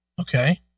Okay